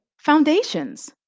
foundations